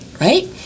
right